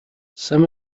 some